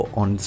on